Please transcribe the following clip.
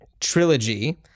trilogy